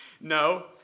No